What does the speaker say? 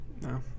no